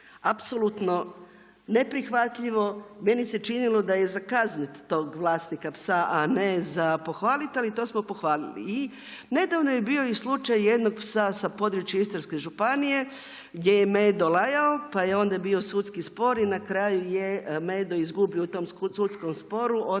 Apsolutno neprihvatljivo. Meni se činilo da je za kaznit tog vlasnika psa, a ne za pohvalit, ali to smo pohvalili. I nedavno je bio i slučaj jednog psa sa područja Istarske županije gdje je Medo lajao, pa je onda bio sudski spor i na kraju je Medo izgubio u tom sudskom sporu, odnosno